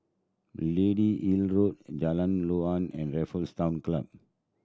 Lady Hill Road Jalan Joran and Raffles Town Club